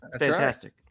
Fantastic